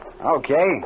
Okay